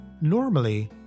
Normally